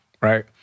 right